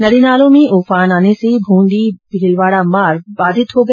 नदी नालों में उफान आर्न से ब्रंदी भीलवाड़ा मार्ग बाधित हो गया